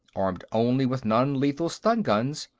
armed only with non-lethal stun-guns,